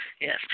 Yes